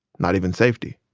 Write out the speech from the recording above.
not even safety.